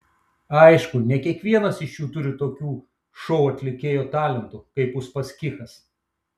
aišku ne kiekvienas iš jų turi tokių šou atlikėjo talentų kaip uspaskichas